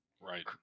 Right